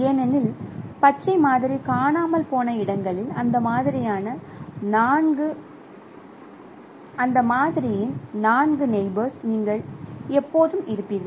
ஏனெனில் பச்சை மாதிரி காணாமல் போன இடங்களில் அந்த மாதிரியின் 4 நெய்போர்களில் நீங்கள் எப்போதும் இருப்பீர்கள்